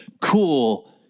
cool